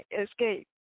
escape